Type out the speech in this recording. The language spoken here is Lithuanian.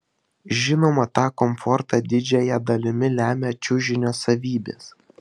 žinoma tą komfortą didžiąja dalimi lemia čiužinio savybės